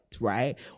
right